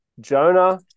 Jonah